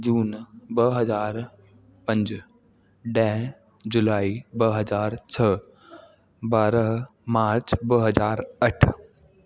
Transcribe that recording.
जून ॿ हज़ार पंज ॾह जुलाई ॿ हज़ार छह बारहं मार्च ॿ हज़ार अठ